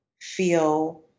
feel